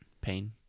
Pain